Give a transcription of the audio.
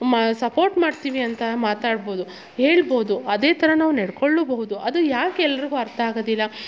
ಮಾ ಸಪೋರ್ಟ್ ಮಾಡ್ತೀವಿ ಅಂತ ಮಾತಾಡ್ಬೋದು ಹೇಳ್ಬೋದು ಅದೇ ಥಜಝ್ ನಾವ್ ನೆಡಕೊಳ್ಳೂಬಹುದು ಅದು ಯಾಕೆ ಎಲ್ರಿಗು ಅರ್ಥ ಆಗೋದಿಲ್ಲ